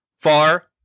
far